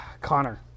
Connor